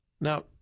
Now